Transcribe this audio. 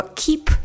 keep